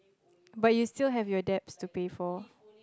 but you still have your debts to pay for